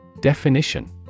Definition